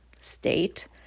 state